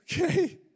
okay